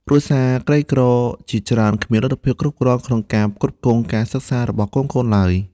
គ្រួសារក្រីក្រជាច្រើនគ្មានលទ្ធភាពគ្រប់គ្រាន់ក្នុងការផ្គត់ផ្គង់ការសិក្សារបស់កូនៗឡើយ។